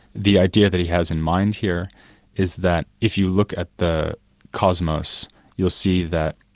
the idea that he has in mind here is that, if you look at the cosmos you'll see that,